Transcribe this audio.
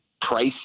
price